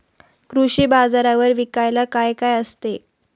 कृषी बाजारावर विकायला काय काय असते?